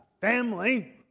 family